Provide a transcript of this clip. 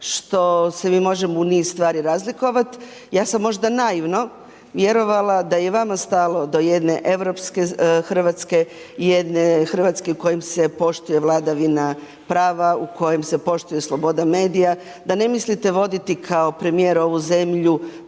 što se mi možemo u niz stvari razlikovat, ja sam možda naivno vjerovala da je vama stalo do jedne europske Hrvatske, jedne Hrvatske u kojoj se poštuje vladavina prava, u kojoj se poštuje sloboda medija, da ne mislite voditi kao premijer ovu zemlju